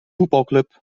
voetbalclub